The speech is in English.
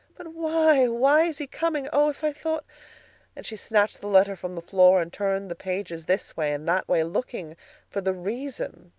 but why? why is he coming? oh, if i thought and she snatched the letter from the floor and turned the pages this way and that way, looking for the reason,